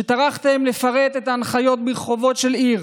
שטרחתם לפרט את ההנחיות ברחובות של עיר,